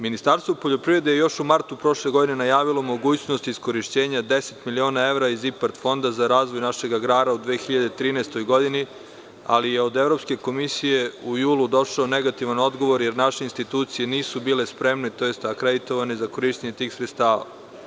Ministarstvo poljoprivrede je još u martu prošle godine najavilo mogućnost iskorišćenja 10 miliona evra iz IPARD fonda za razvoj našeg agrara u 2013. godini, ali je od Evropske komisije u julu došao negativan odgovor, jer naše institucije nisu bile spremne, odnosno akreditovane za korišćenje tih sredstava.